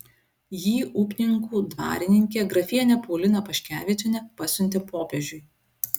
jį upninkų dvarininkė grafienė paulina paškevičienė pasiuntė popiežiui